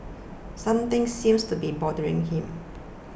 something seems to be bothering him